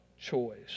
choice